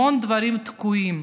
המון דברים תקועים,